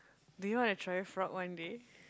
do you want to try frog one day